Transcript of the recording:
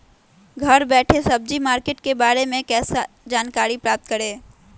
घर बैठे सब्जी मार्केट के बारे में कैसे जानकारी प्राप्त करें?